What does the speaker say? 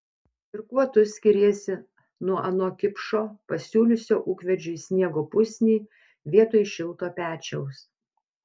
ir kuo tu skiriesi nuo ano kipšo pasiūliusio ūkvedžiui sniego pusnį vietoj šilto pečiaus